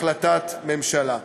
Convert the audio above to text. החלטת ממשלה.